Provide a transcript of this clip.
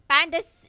Pandas